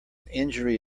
injury